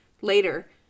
Later